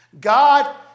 God